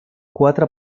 quatre